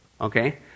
Okay